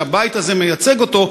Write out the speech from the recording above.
שהבית הזה מייצג אותו,